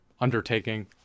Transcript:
undertaking